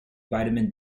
vitamin